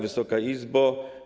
Wysoka Izbo!